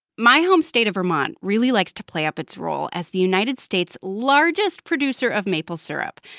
my home state of vermont really likes to play up its role as the united states' largest producer of maple syrup.